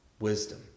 wisdom